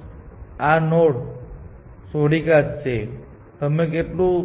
પરંતુ અલબત્ત આ ડેલ્ટા તમને નિયંત્રિત કરવાની મંજૂરી આપે છે કે તમે કેટલું